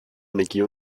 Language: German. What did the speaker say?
energie